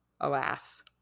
alas